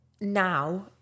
now